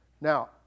Now